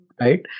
right